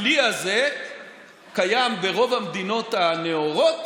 הכלי הזה קיים ברוב המדינות הנאורות,